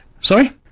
Sorry